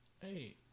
Hey